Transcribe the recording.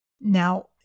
Now